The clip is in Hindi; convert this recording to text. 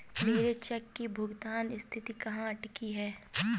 मेरे चेक की भुगतान स्थिति कहाँ अटकी है?